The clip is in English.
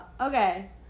Okay